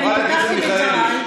אני, חברת הכנסת מיכאלי.